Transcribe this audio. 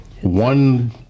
one